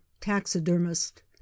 taxidermist